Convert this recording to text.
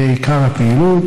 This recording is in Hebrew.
יהיה עיקר הפעילות.